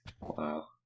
Wow